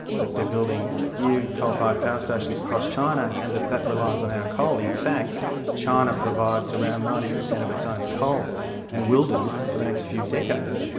that they're building new coal-fired power stations across china and that that relies on our coal. in fact china provides around ninety percent of its own coal and will do for the next few decades,